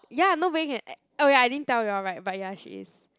ya nobody can oh ya I didn't tell you all right but ya she is